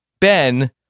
ben